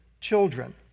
children